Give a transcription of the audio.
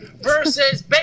versus